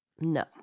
No